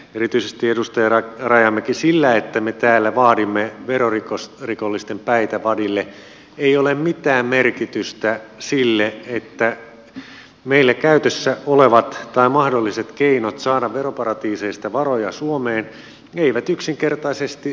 erityisesti sillä edustaja rajamäki että me täällä vaadimme verorikollisten päitä vadille ei ole mitään merkitystä sille että meillä käytössä olevat tai mahdolliset keinot saada veroparatiiseista varoja suomeen eivät yksinkertaisesti riitä